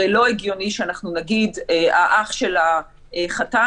הרי לא הגיוני שאנחנו נגיד האח של החתן,